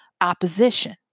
opposition